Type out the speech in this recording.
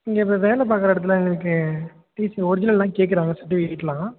இங்கே இப்போ வேலை பார்க்கற இடத்துல எனக்கு டீசி ஒரிஜினல் எல்லாம் கேட்குறாங்க சர்டிஃபிகேட் எல்லாம்